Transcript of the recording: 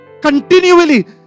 continually